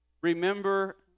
Remember